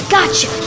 Gotcha